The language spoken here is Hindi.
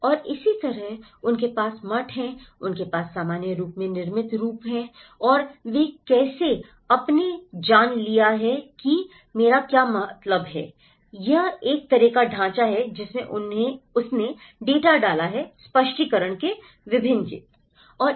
और इसी तरह उनके पास मठ हैं उनके पास सामान्य रूप में निर्मित रूप है और वे कैसे आपने जान लिया है कि मेरा क्या मतलब है यह एक तरह का ढांचा है जिसमें उसने डेटा डाला है स्पष्टीकरण के विभिन्न जेब